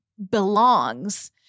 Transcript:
belongs